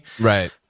Right